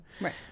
Right